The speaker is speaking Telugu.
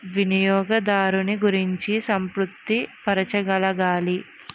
వినియోగదారున్ని గుర్తించి సంతృప్తి పరచగలగాలి